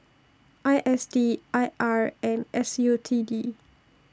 I S D I R and S U T D